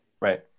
right